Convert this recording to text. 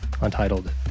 untitled